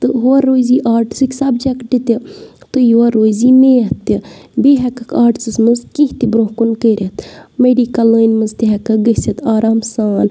تہٕ ہورٕ روزی آرٹسٕکۍ سَبجیٚکٹہٕ تہِ تہٕ یورٕ روزی میتھ تہِ بیٚیہِ ہیٚکَکھ آرٹسَس منٛز کیٚنٛہہ تہِ برٛونٛہہ کُن کٔرِتھ میٚڈِکَل لٲنہِ منٛز تہِ ہیٚکَکھ گٔژھِتھ آرام سان